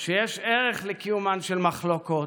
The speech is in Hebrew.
שיש ערך לקיומן של מחלוקות,